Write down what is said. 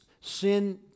sin